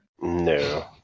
No